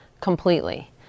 completely